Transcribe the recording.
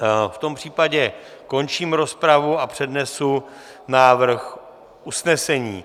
V tom případě končím rozpravu a přednesu návrh usnesení: